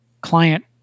client